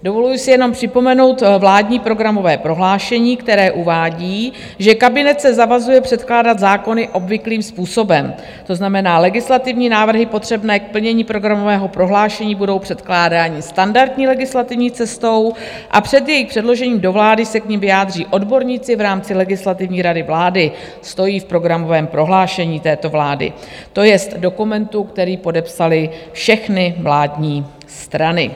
Dovoluji si jenom připomenout vládní programové prohlášení, které uvádí, že kabinet se zavazuje předkládat zákony obvyklým způsobem, to znamená legislativní návrhy potřebné k plnění programového prohlášení budou předkládány standardní legislativní cestou a před jejich předložením do vlády se k nim vyjádří odborníci v rámci Legislativní rady vlády stojí v programovém prohlášení této vlády, to jest dokumentu, který podepsaly všechny vládní strany.